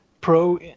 Pro